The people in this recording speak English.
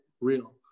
real